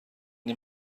این